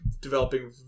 developing